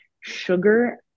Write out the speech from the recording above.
sugar